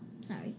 sorry